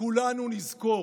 כולנו נזכור.